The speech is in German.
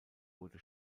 wurde